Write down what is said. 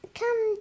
come